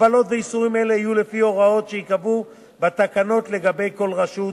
הגבלות ואיסורים אלה יהיו לפי הוראות שייקבעו בתקנות לגבי כל רשות,